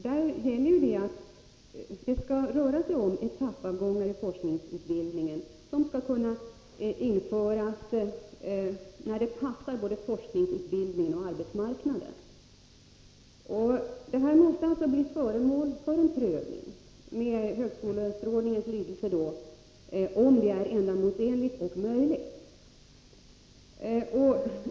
Där står det att etappavgångar i forskningsutbildningen skall kunna införas när det passar både forskningsutbildningen och arbetsmarknaden. Detta måste bli föremål för en prövning — med högskoleförordningens lydelse, om det är ändamålsenligt och möjligt.